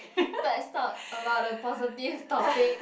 let's talk about the positive topic